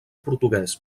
portuguès